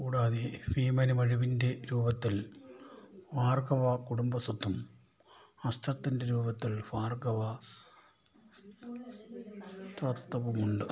കൂടാതെ ഭീമന് മഴുവിന്റെ രൂപത്തിൽ ഭാർഗവ കുടുംമ്പ സ്വത്തും അസ്ത്രത്തിന്റെ രൂപത്തിൽ ഭാർഗവാ സ്ത്രത്വവുമുണ്ട്